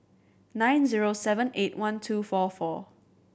nine zero seven eight one two four four